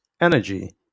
Energy